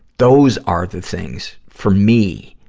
those are the things, for me,